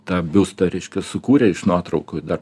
tą biustą reiškia sukūrė iš nuotraukų dar